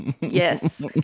Yes